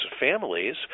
families